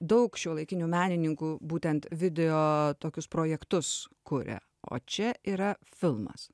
daug šiuolaikinių menininkų būtent video tokius projektus kuria o čia yra filmas